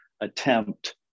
attempt